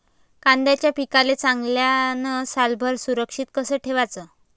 कांद्याच्या पिकाले चांगल्यानं सालभर सुरक्षित कस ठेवाचं?